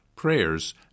prayers